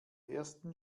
ersten